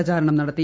പ്രചാരണം നടത്തി